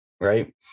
right